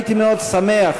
הייתי מאוד שמח,